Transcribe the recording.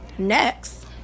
next